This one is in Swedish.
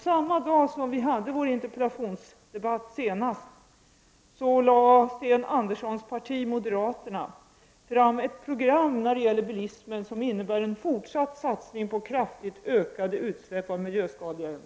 Samma dag som vi senast hade en interpellationsdebatt lade Sten Anderssons parti, moderaterna, fram ett program när det gäller bilismen som innebär en fortsatt satsning på kraftigt ökade utsläpp av miljöskadliga ämnen.